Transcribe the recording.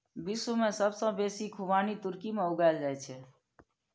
विश्व मे सबसं बेसी खुबानी तुर्की मे उगायल जाए छै